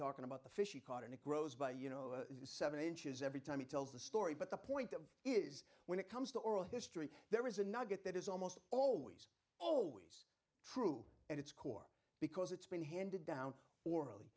talking about the fish he caught and it grows by you know seven inches every time he tells the story but the point is when it comes to oral history there is a nugget that is almost always always true at its core because it's been handed down orally